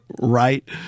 Right